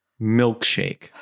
Milkshake